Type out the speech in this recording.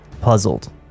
puzzled